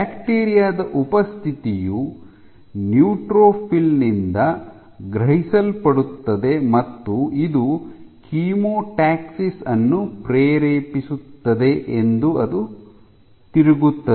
bacteria ದ ಉಪಸ್ಥಿತಿಯು neutrophil ನಿಂದ ಗ್ರಹಿಸಲ್ಪಡುತ್ತದೆ ಮತ್ತು ಇದು ಕೀಮೋಟಾಕ್ಸಿಸ್ ಅನ್ನು ಪ್ರೇರೇಪಿಸುತ್ತದೆ ಎಂದು ಅದು ತಿರುಗುತ್ತದೆ